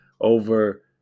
over